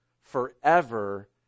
forever